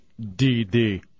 DD